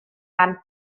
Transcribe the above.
ran